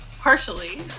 partially